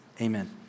amen